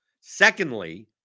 Secondly